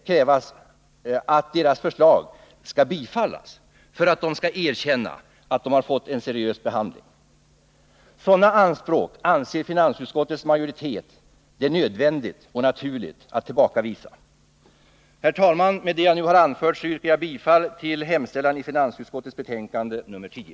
kräva att deras förslag skall bifallas för att de skall erkänna att förslagen fått en seriös behandling. Sådana anspråk anser finansutskottets majoritet att det är nödvändigt och naturligt att tillbakavisa. Herr talman! Med det jag nu har anfört yrkar jag bifall till hemställan i finansutskottets betänkande nr 10.